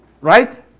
right